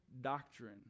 doctrine